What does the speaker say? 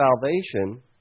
salvation